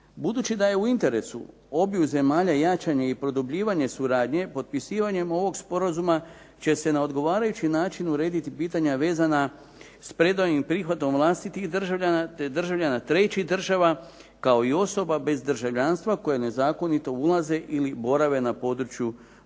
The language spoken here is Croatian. Budući da je u interesu obiju zemalja jačanje i produbljivanje suradnje potpisivanjem ovog sporazuma će se na odgovarajući način urediti pitanja vezana s predajom i prihvatom vlastitih državljana te državljana trećih država kao i osoba bez državljana koje nezakonito ulaze ili borave na području druge